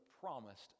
promised